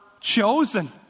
chosen